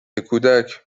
کودک